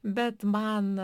bet man